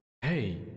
Hey